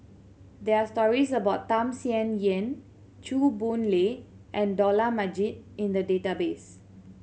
there are stories about Tham Sien Yen Chew Boon Lay and Dollah Majid in the database